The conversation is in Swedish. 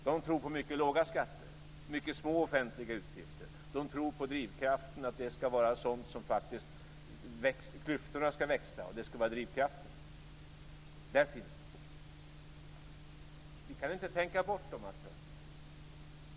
De tror på mycket låga skatter och mycket små offentliga utgifter. Klyftorna ska växa, och det ska vara drivkraften. Där finns de. Vi kan inte tänka bort dessa aktörer.